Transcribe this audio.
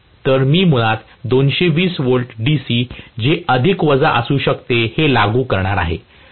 तर मी मुळात 220 V DC जे अधिक वजा असू शकते हे लागू करणार आहे